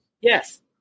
Yes